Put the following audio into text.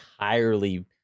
entirely